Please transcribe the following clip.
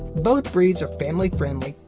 both breeds are family friendly,